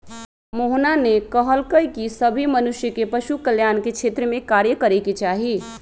मोहना ने कहल कई की सभी मनुष्य के पशु कल्याण के क्षेत्र में कार्य करे के चाहि